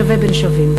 שווה בין שווים.